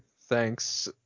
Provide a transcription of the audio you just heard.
thanks